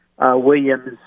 Williams